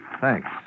Thanks